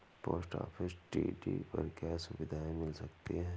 Post office TD पर क्या सुविधाएँ मिल सकती है?